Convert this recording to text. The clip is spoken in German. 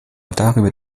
darüber